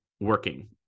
working